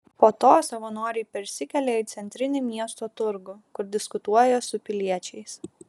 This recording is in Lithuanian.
po to savanoriai persikelia į centrinį miesto turgų kur diskutuoja su piliečiais